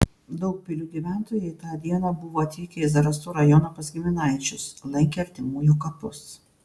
daugpilio gyventojai tą dieną buvo atvykę į zarasų rajoną pas giminaičius lankė artimųjų kapus